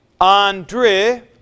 andre